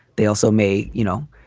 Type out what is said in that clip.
they also may, you know,